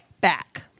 back